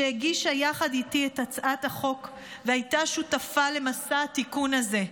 שהגישה יחד איתי את הצעת החוק והייתה שותפה למסע התיקון הזה,